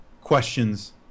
questions